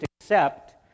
accept